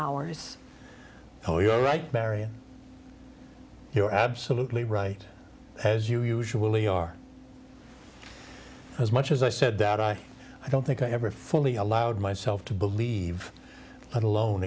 ours oh you're right marion you're absolutely right as you usually are as much as i said that i i don't think i ever fully allowed myself to believe let alone